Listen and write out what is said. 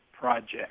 Project